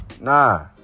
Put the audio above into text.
nah